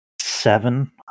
seven